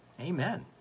Amen